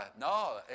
no